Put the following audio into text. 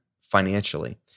financially